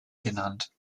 genannt